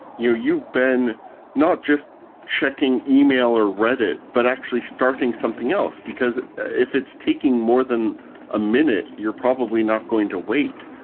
you've been not just checking email or reddit, but actually starting something else, because if it's taking more than a minute, you're probably not going to wait.